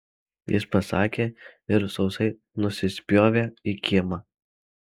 jis pasakė ir sausai nusispjovė į kiemą